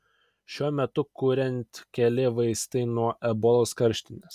šiuo metu kuriant keli vaistai nuo ebolos karštinės